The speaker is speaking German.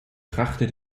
brachte